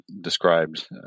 described